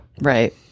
Right